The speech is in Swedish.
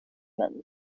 men